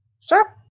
Sure